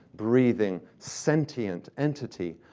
breathing, sentient entity,